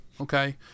Okay